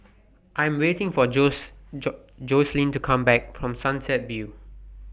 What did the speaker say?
I Am waiting For Joselyn to Come Back from Sunset View